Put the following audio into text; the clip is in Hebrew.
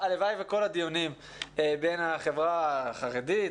הלוואי וכל הדיונים בין החברה החרדית